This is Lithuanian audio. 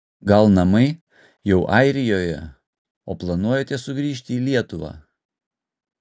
gal namai jau airijoje o planuojate sugrįžti į lietuvą